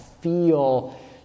feel